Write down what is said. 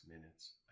minutes